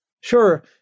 Sure